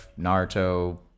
Naruto